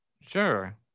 sure